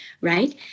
right